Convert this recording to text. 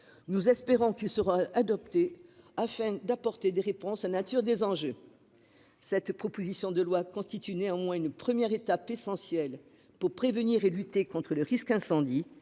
Nous espérons qu'ils seront adoptés afin d'apporter des réponses à la hauteur des enjeux. Ce texte constitue néanmoins une première étape essentielle pour prévenir et lutter contre le risque incendie.